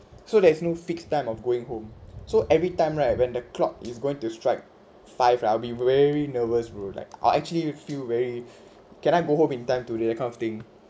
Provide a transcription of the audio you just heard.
so there's no fixed time of going home so every time right when the clock is going to strike five I'll be very nervous bro like or actually you feel very can I go home in time today that kind of thing